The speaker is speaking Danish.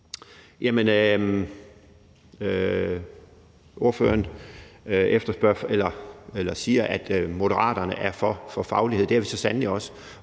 (M): Ordføreren siger, at Moderaterne er for faglighed. Det er vi så sandelig også,